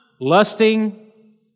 lusting